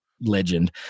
legend